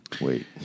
Wait